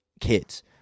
kids